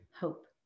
hope